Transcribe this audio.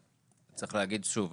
צריך להגיד שוב,